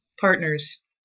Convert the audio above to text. partners